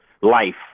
life